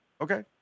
okay